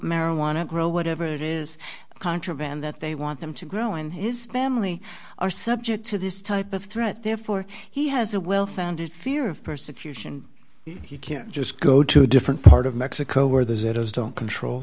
marijuana grow whatever it is contraband that they want them to grow and his family are subject to this type of threat therefore he has a well founded fear of persecution he can't just go to a different part of mexico where they don't control